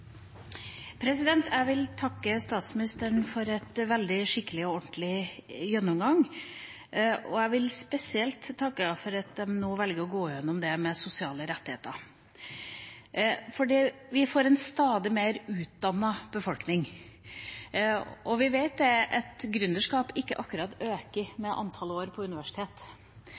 Jeg vil takke statsministeren for en veldig skikkelig og ordentlig gjennomgang. Jeg vil spesielt takke henne for at en nå velger å gå igjennom det med sosiale rettigheter. Vi får en stadig mer utdannet befolkning, og vi vet at gründerskap ikke akkurat øker med antall år på universitet.